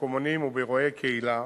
במקומונים ובאירועי קהילה,